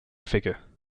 figure